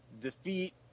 defeat